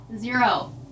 Zero